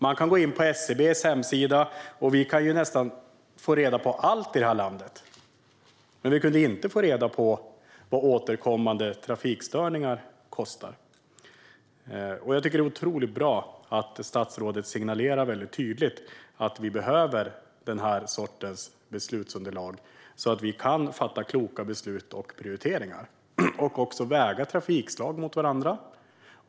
Man kan gå in på SCB:s hemsida och få reda på nästan allt i det här landet, men vi kunde inte få reda på vad återkommande trafikstörningar kostar. Jag tycker därför att det är otroligt bra att statsrådet väldigt tydligt signalerar att vi behöver den här sortens beslutsunderlag så att vi kan fatta kloka beslut om prioriteringar och också väga trafikslag mot varandra.